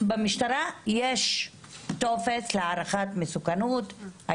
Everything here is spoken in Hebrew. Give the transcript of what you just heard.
במשטרה יש טופס להערכת מסוכנות,